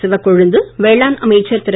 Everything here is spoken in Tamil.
சிவக்கொழுந்து வேளாண் அமைச்சர் திரு